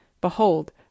Behold